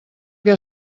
què